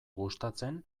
gustatzen